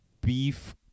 Beef